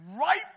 right